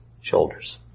shoulders